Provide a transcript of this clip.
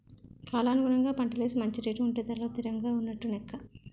కాలానుగుణంగా పంటలేసి మంచి రేటు ఉంటే ధరలు తిరంగా ఉన్నట్టు నెక్క